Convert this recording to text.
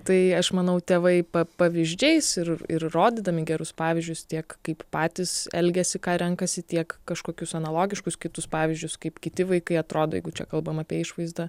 tai aš manau tėvai pavyzdžiais ir ir rodydami gerus pavyzdžius tiek kaip patys elgiasi ką renkasi tiek kažkokius analogiškus kitus pavyzdžius kaip kiti vaikai atrodo jeigu čia kalbam apie išvaizdą